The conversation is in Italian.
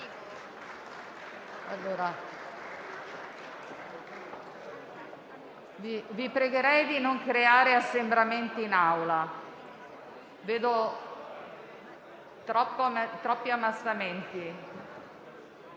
Vi pregherei di non creare assembramenti in Aula, colleghi, vedo troppi ammassamenti.